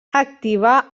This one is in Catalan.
activa